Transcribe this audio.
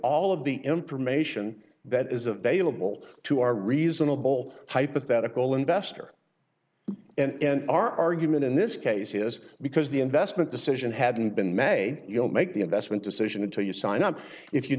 all of the information that is available to our reasonable hypothetical investor and our argument in this case is because the investment decision hadn't been made you'll make the investment decision until you sign up if